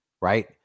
right